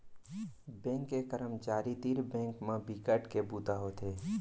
bank के करमचारी तीर बेंक म बिकट के बूता होथे